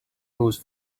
whose